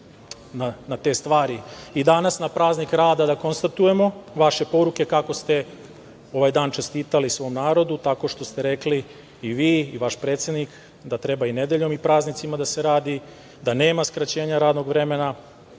na te stvari danas na praznik rada da konstatujemo vaše poruke kako ste ovaj dan čestitali svom narodu. Rekli ste vi i vaš predsednik da treba i nedeljom i praznicima da se radi, da nema skraćenja radnog vremena,